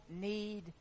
need